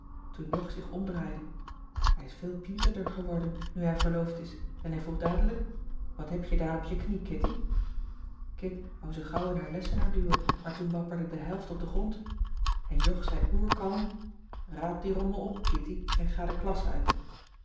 toen jog zich omdraaide hij is veel pienterder geworden nu hij verloofd is en hij vroeg dadelijk wat heb je daar op je knie kitty kit wou ze gauw in haar lessenaar duwen maar toen wapperde de helft op den grond en jog zei oer kalm raap dien rommel op kitty en ga de klas uit